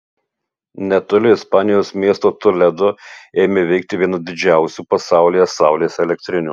netoli ispanijos miesto toledo ėmė veikti viena didžiausių pasaulyje saulės elektrinių